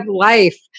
life